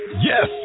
Yes